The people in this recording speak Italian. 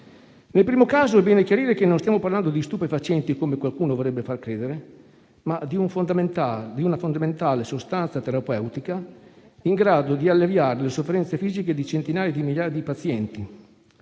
Nel primo caso è bene chiarire che non stiamo parlando di stupefacenti, come qualcuno vorrebbe far credere, ma di una fondamentale sostanza terapeutica in grado di alleviare le sofferenze fisiche di centinaia di migliaia di pazienti.